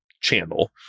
channel